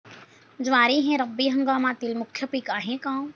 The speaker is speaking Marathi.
ज्वारी हे रब्बी हंगामातील मुख्य पीक आहे का?